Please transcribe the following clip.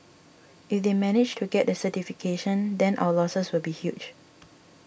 if they managed to get the certification then our losses would be huge